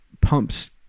pumps